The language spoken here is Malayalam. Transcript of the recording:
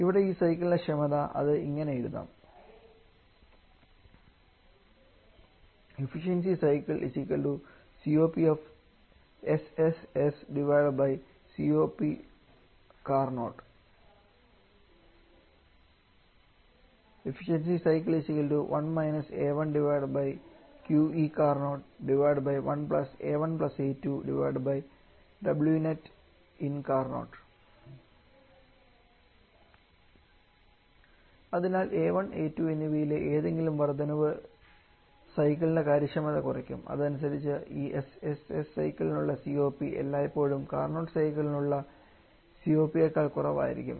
ഇവിടെ ഈ സൈക്കിൾൻറെ ക്ഷമത അത് ഇങ്ങനെ എഴുതാം അതിനാൽ A1 A2 എന്നിവയിലെ ഏതെങ്കിലും വർദ്ധനവ് സൈക്കിളിന്റെ കാര്യക്ഷമത കുറയ്ക്കും അതനുസരിച്ച് ഈ SSS സൈക്കിളിനുള്ള COP എല്ലായ്പ്പോഴും കാർനോട്ട് സൈക്കിളിനുള്ള COP യേക്കാൾ കുറവായിരിക്കും